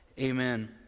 Amen